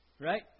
Right